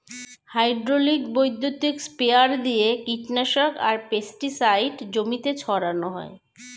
hydraulic বৈদ্যুতিক sprayer দিয়ে কীটনাশক আর পেস্টিসাইড জমিতে ছড়ান হয়